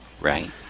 Right